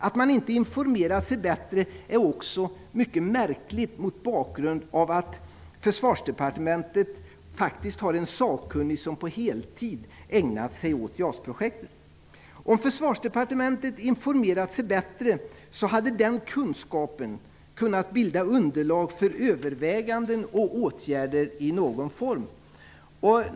Att man inte gjorde det är också mycket märkligt med tanke på att Försvarsdepartementet faktiskt har en sakkunnig som på heltid har ägnat sig åt JAS-projektet. Om Försvarsdepartementet hade informerat sig bättre, hade den kunskapen kunnat bilda underlag för överväganden och åtgärder i någon form.